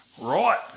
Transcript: Right